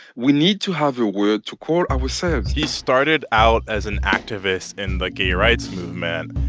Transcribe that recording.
we need to have a word to call ourselves he started out as an activist in the gay rights movement,